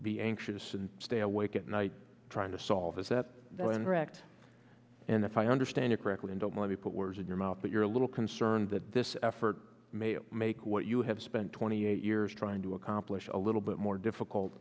be anxious to stay awake at night trying to solve is that correct and if i understand it correctly i don't want to put words in your mouth but you're a little concerned that this effort may make what you have spent twenty eight years trying to accomplish a little bit more difficult